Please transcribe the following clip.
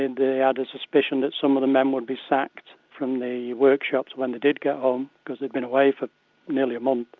and a and suspicion that some of the men would be sacked from the workshops, when they did get home, because they'd been aware for nearly a month,